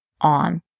on